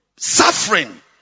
suffering